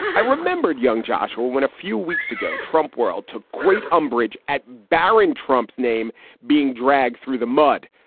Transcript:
i remembered young josh well when a few weeks ago, trump world took great umbrage at baron trump's name being dragged through the mud,